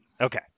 okay